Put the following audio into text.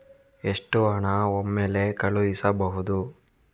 ಎಷ್ಟು ಹಣ ಒಮ್ಮೆಲೇ ಕಳುಹಿಸಬಹುದು?